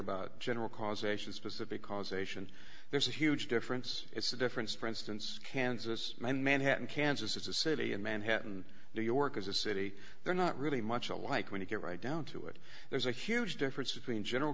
about general causation specific causation there's a huge difference it's the difference for instance kansas and manhattan kansas is a city in manhattan new york is a city they're not really much alike when you get right down to it there's a huge difference between general